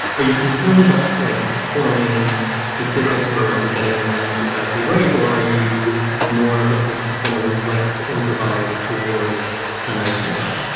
are you concerned about, like, performing specific words and getting the language exactly right? or are you more of a performer who likes to improvise towards an idea?